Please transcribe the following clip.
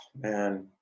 Man